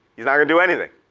he's not gonna do anything,